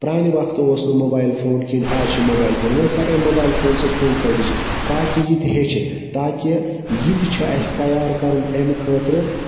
پرانہِ وَقتہٕ اوس نہٕ موبایل فون کِہیٖنۍ آز چھ موبایل فون وَن سہَ امہِ موبایل فونہٕ سۭتۍ کم فٲیدٕ چھِ تاکہِ یہِ تہِ ہیٚچھِ تاکہِ یہِ تہِ چھُ اَسہِ تَیار کَرُن امہِ خٲطرٕ